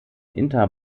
inter